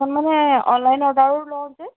এখন মানে অনলাইন অৰ্ডাৰো লওঁ যে